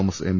Thomas M